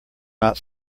not